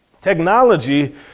Technology